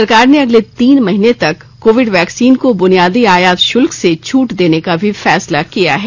सरकार ने अगले तीन महीने तक कोविड वैक्सीन को बुनियादी आयात शुल्क से छूट देने का भी फैसला किया है